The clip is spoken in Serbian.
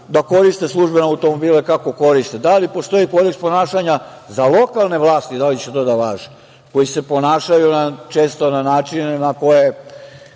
da koriste službene automobile kako koriste? Da li postoji kodeks ponašanja za lokalne vlasti, koji se ponašaju često na načine na koje